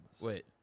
Wait